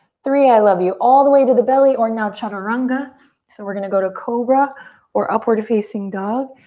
three, i love you all the way to the belly or now chaturanga so we're gonna go to cobra or upward facing dog.